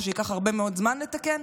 או שייקח הרבה מאוד זמן לתקן.